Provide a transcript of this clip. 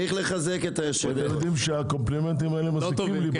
אתם יודעים שהמחמאות האלה מזיקות לי.